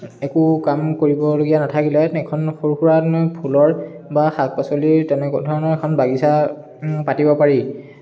একো কাম কৰিবলগীয়া নাথাকিলে এখন সৰু সুৰা ফুলৰ বা শাক পাচলিৰ তেনেকুৱা ধৰণৰ এখন বাগিচা পাতিব পাৰি